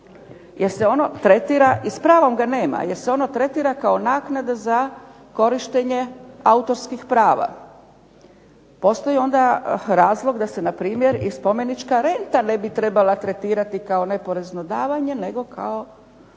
jer se ono tretira i s pravom ga nema, jer se ono tretira kao naknada za korištenje autorskih prava. Postoji onda i razlog da se npr. i spomenička renta ne bi trebala tretirati kao neporezno davanje, nego kao